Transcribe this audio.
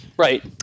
Right